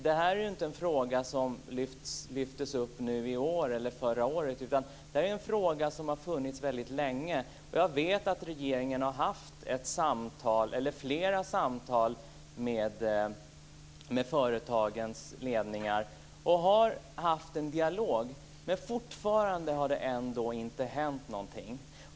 Det här är ju inte en fråga som lyfts upp nu i år eller förra året, utan den har funnits väldigt länge. Jag vet att regeringen har haft flera samtal med företagens ledningar. Man har haft en dialog. Men fortfarande har det inte hänt någonting.